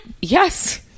yes